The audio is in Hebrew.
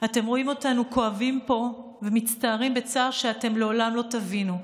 אתם רואים אותנו כואבים פה ומצטערים בצער שאתם לעולם לא תבינו,